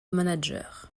manager